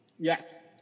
Yes